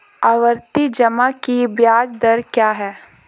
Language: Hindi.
आवर्ती जमा की ब्याज दर क्या है?